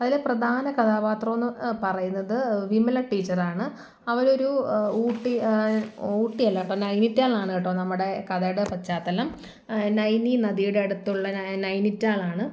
അതിലെ പ്രധാന കഥാപാത്രം എന്ന് പറയുന്നത് വിമല ടീച്ചർ ആണ് അവരൊരു ഊട്ടി ഊട്ടിയല്ല കേട്ടോ നൈനിറ്റാലാണ് കേട്ടോ നമ്മുടെ കഥയുടെ പശ്ചാത്തലം നൈനി നദിയുടെ അടുത്തുള്ള നൈനിറ്റാലാണ്